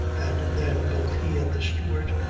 and then both he and the steward,